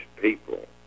people